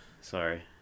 Sorry